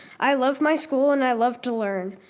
i love my school and i love to learn.